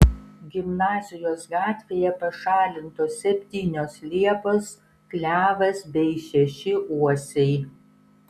gimnazijos gatvėje pašalintos septynios liepos klevas bei šeši uosiai